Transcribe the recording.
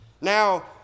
Now